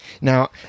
Now